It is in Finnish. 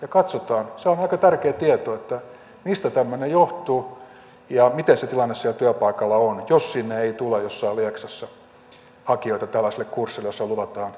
sehän on aika tärkeä tieto että mistä tämmöinen johtuu ja miten se tilanne siellä työpaikalla on jos ei tule jossain lieksassa hakijoita tällaiselle kurssille jossa luvataan työpaikka